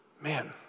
man